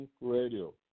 Radio